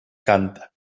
canta